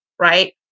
Right